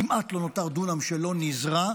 כמעט לא נותר דונם שלא נזרע,